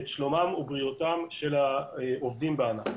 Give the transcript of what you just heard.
את שלומם ובריאותם של העובדים בענף.